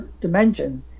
dimension